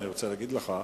האחראית לביצוע הפרויקט,